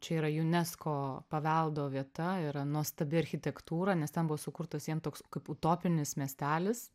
čia yra unesco paveldo vieta yra nuostabi architektūra nes ten buvo sukurtas jiem toks kaip utopinis miestelis